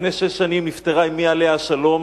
לפני שש שנים נפטרה אמי, עליה השלום,